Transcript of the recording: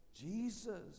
Jesus